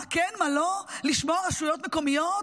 מה כן, מה לא, לשמוע רשויות מקומיות?